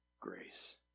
grace